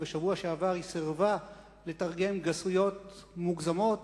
ובשבוע שעבר היא סירבה לתרגם גסויות מוגזמות,